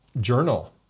journal